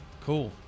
Cool